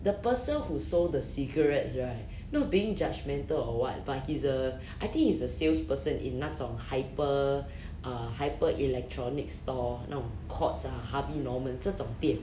the person who sold the cigarettes right not being judgmental or what but he's uh I think he's a salesperson in 那种 hyper uh hyper electronics store 那种 courts ah harvey norman 这种店